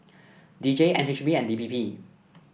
D J N H B and D P P